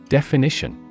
Definition